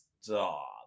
stop